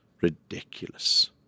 ridiculous